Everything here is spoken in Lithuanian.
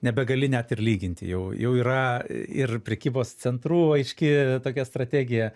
nebegali net ir lyginti jau jau yra ir prekybos centrų aiški tokia strategija